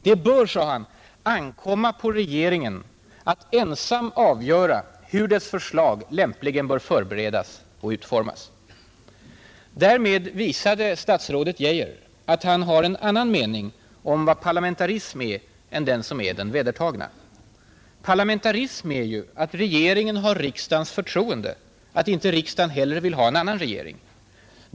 Det bör, sade han, ”ankomma på regeringen att ensam avgöra hur dess förslag lämpligen bör förberedas och utformas”. Därmed visade statsrådet Geijer att han har en annan mening om vad parlamentarismen är än den som är den vedertagna. Parlamentarism är ju att regeringen har riksdagens förtroende, att inte riksdagen hellre vill ha en annan regering.